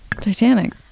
Titanic